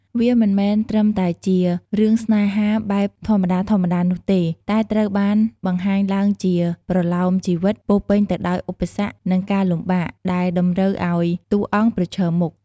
វាមិនមែនត្រឹមតែជារឿងស្នេហាបែបធម្មតាៗនោះទេ តែត្រូវបានបង្ហាញឡើងជា ប្រលោមជីវិត ពោរពេញទៅដោយឧបសគ្គ និងការលំបាក ដែលតម្រូវឱ្យតួអង្គប្រឈមមុខ។